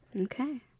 okay